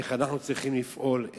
איך אנחנו צריכים לפעול.